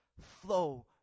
flow